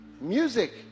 music